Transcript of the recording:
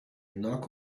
knock